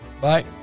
Bye